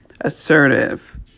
assertive